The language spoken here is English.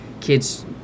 kids